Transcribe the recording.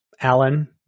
Alan